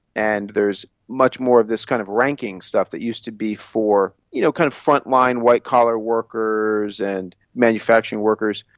and there is much more of this kind of ranking stuff that used to be for you know kind of front-line white collar workers and manufacturing workers.